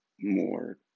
more